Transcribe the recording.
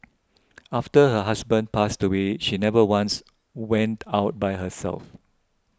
after her husband passed away she never once went out by herself